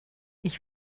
ich